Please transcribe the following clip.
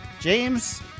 James